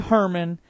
Herman